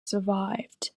survived